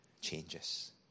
changes